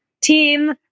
Team